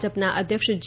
ભાજપના અધ્યક્ષ જે